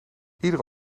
iedere